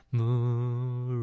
Moon